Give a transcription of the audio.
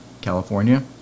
California